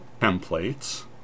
Templates